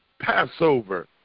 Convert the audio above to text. Passover